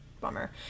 Bummer